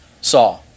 saw